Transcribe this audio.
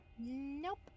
nope